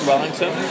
Wellington